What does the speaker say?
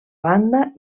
banda